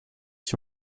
ich